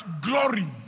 glory